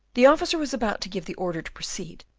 the officer was about to give the order to proceed,